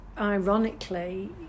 ironically